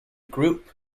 group